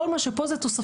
כל מה שפה זה תוספתי.